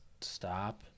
stop